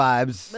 Vibes